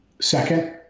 Second